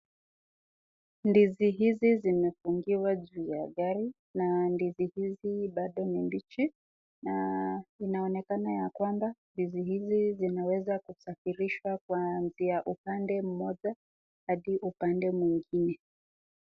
Ndizi hizi zimefungiwa juu ya gari na ndizi hizi bado ni mbichi, na inaonekana yakwamba ndizi hizi zinaweza kusafirishwa kwanzia upande mmoja hadi upande mwingine.